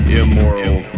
immoral